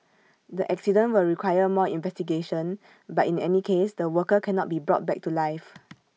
the accident will require more investigation but in any case the worker cannot be brought back to life